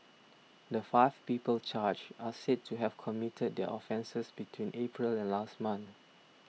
the five people charged are said to have committed their offences between April and last month